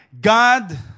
God